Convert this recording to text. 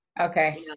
Okay